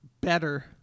better